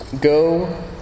Go